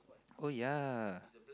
oh yeah